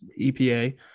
EPA